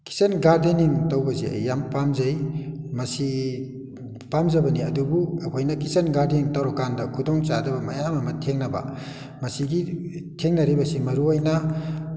kitchen gardening ꯇꯧꯕꯁꯦ ꯑꯩ ꯌꯥꯝ ꯄꯥꯝꯖꯩ ꯃꯁꯤ ꯄꯥꯝꯖꯕꯅꯤ ꯑꯗꯨꯕꯨ ꯑꯩꯈꯣꯏꯅ ꯀꯤꯠꯆꯟ ꯒꯥꯔꯗꯦꯅꯤꯡ ꯇꯧꯔꯛꯀꯥꯟꯗ ꯈꯨꯗꯣꯡ ꯆꯥꯗꯕ ꯃꯌꯥꯝ ꯑꯃ ꯊꯦꯡꯅꯕ ꯃꯁꯤꯒꯤ ꯊꯦꯡꯅꯔꯤꯕꯁꯤ ꯃꯔꯨꯑꯣꯏꯅ